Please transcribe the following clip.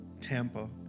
Tampa